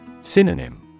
Synonym